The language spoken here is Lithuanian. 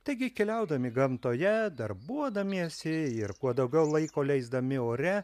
taigi keliaudami gamtoje darbuodamiesi ir kuo daugiau laiko leisdami ore